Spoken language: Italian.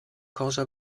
cosa